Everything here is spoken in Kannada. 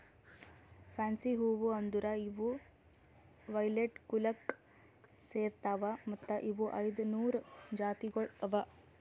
ಫ್ಯಾನ್ಸಿ ಹೂವು ಅಂದುರ್ ಇವು ವೈಲೆಟ್ ಕುಲಕ್ ಸೇರ್ತಾವ್ ಮತ್ತ ಇವು ಐದ ನೂರು ಜಾತಿಗೊಳ್ ಅವಾ